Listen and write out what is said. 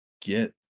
get